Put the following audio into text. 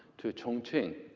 to chongqing.